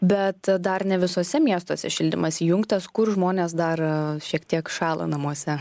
bet dar ne visuose miestuose šildymas įjungtas kur žmonės dar šiek tiek šąla namuose